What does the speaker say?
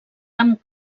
amb